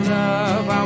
love